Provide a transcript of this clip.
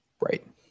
right